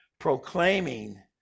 proclaiming